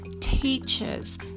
teachers